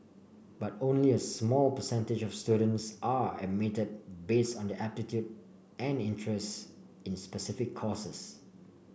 but only a small percentage of students are admitted based on their aptitude and interests in specific courses